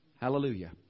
Hallelujah